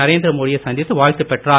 நரேந்திர மோடியை சந்தித்து வாழ்த்து பெற்றார்